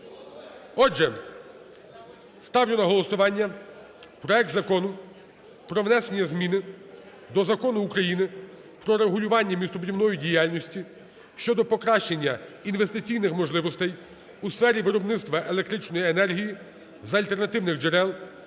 Отже, ставлю на голосування проект Закону про внесення зміни до Закону України "Про регулювання містобудівної діяльності" щодо покращення інвестиційних можливостей у сфері виробництва електричної енергії з альтернативних джерел